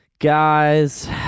Guys